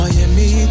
Miami